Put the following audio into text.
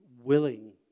willing